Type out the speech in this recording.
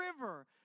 river